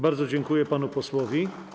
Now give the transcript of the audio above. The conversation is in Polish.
Bardzo dziękuję panu posłowi.